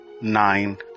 nine